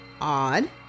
odd